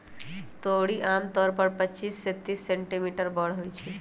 तोरी आमतौर पर पच्चीस से तीस सेंटीमीटर बड़ होई छई